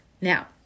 Now